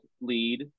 lead